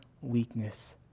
weakness